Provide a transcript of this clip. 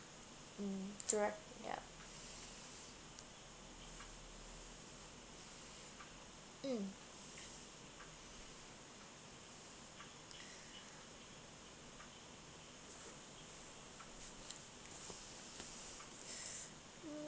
mm you're right ya mm